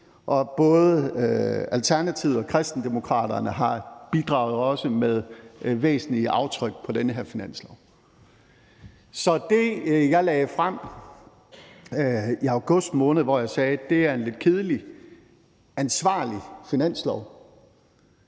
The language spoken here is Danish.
og både Alternativet og Kristendemokraterne har også bidraget med væsentlige aftryk på den her finanslov. Så det, jeg lagde frem i august måned, hvor jeg sagde, at det er en lidt kedelig, ansvarlig finanslov,